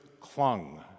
clung